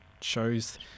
shows